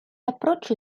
approccio